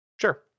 sure